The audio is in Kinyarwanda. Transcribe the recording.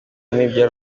n’ibya